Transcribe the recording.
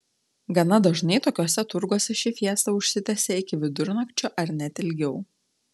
gana dažnai tokiuose turguose ši fiesta užsitęsia iki vidurnakčio ar net ilgiau